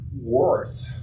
worth